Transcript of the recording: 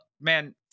man